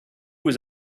was